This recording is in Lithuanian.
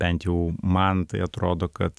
bent jau man tai atrodo kad